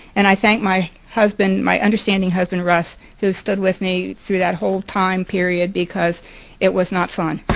and i thank my husband, my understanding husband russ who stood with me through that whole time period because it was not fun.